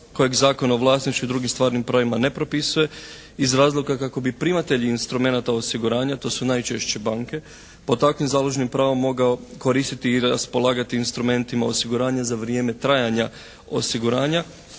kojeg Zakon o vlasništvu i drugim stvarnim pravima ne propisuje iz razloga kako bi primatelji instrumenata osiguranja, to su najčešće banke pod takvim založnim pravom mogao koristiti i raspolagati instrumentima osiguranja za vrijeme trajanja osiguranja,